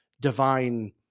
divine